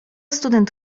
student